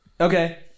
Okay